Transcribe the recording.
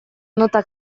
nota